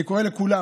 אני קורא לכולם,